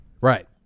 Right